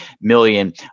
million